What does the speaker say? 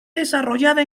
desarrollada